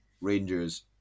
Rangers